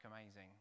amazing